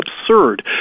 absurd